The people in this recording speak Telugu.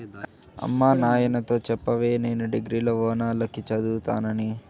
అమ్మ నాయనతో చెప్పవే నేను డిగ్రీల ఓనాల కి చదువుతానని